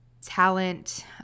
talent